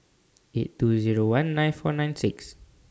eight two Zero one nine four nine six